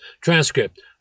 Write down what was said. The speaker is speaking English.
transcript